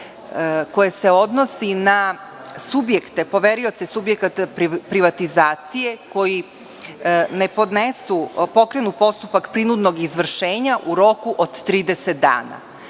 koje se odnosi na subjekte, poverioce subjekata privatizacije koji ne podnesu, pokrenu postupak prinudnog izvršenja u roku od 30 dana.